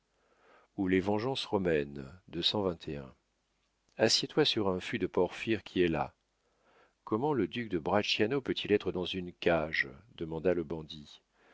ou les vengeances romain de assied sur un fût de porphyre qui est là comment le duc de bracciano peut-il être dans une cage demanda le bandit